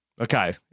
Okay